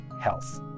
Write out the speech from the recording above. health